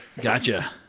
Gotcha